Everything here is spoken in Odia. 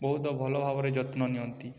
ବହୁତ ଭଲ ଭାବରେ ଯତ୍ନ ନିଅନ୍ତି